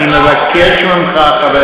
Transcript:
בינתיים אנשים סובלים, אני מבקש ממך, חבר הכנסת.